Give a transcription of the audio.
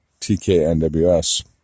TKNWS